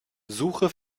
suche